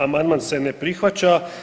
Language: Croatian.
Amandman se ne prihvaća.